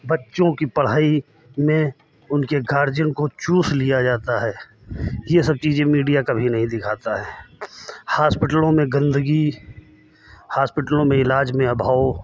बच्चों की पढ़ाई में उनके गार्जियन को चूस लिया जाता है ये सब चीज़ें मीडिया कभी नहीं दिखाता है हास्पिटलों में गंदगी हास्पिटलों में इलाज में अभाव